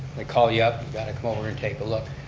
they call you up, you got to come over and take a look.